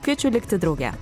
kviečiu likti drauge